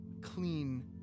clean